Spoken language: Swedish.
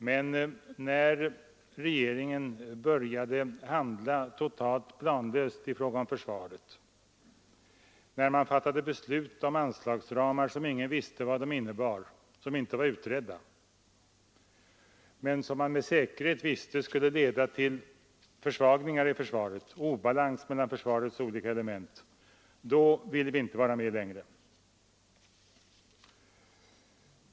Men när regeringen började handla totalt planlöst i fråga om försvaret, när man fattade beslut om anslagsramar som ingen visste vad de innebar, som inte var utredda men som man med säkerhet visste skulle leda till försvagningar i försvaret och obalans mellan försvarets olika element, då ville vi inte vara med längre.